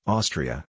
Austria